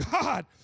God